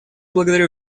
благодарю